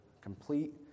complete